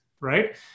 right